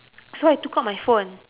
so I took out my phone